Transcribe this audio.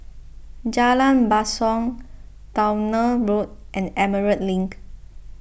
Jalan Basong Towner Road and Emerald Link